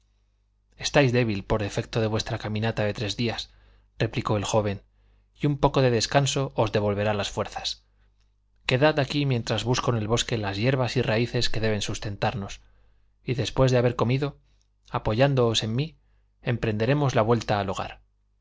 estáis débil por efecto de nuestra caminata de tres días replicó el joven y un poco de descanso os devolverá la fuerzas quedad aquí mientras busco en el bosque las hierbas y raíces que deben sustentarnos y después de haber comido apoyándoos en mí emprenderemos la vuelta al hogar